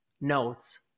notes